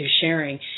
sharing